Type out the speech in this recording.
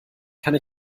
kann